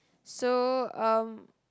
so um